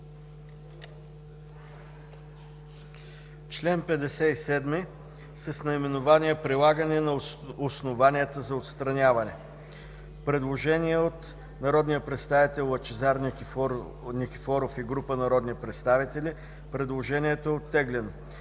Член 57 е с наименование „Прилагане на основанията за отстраняване”. Предложение от народния представител Лъчезар Никифоров и група народни представители. Предложението е оттеглено.